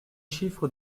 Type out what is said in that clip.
chiffres